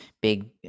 big